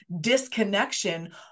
disconnection